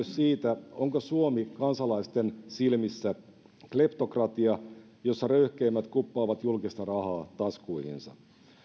siitä onko suomi kansalaisten silmissä kleptokratia jossa röyhkeimmät kuppaavat julkista rahaa taskuihinsa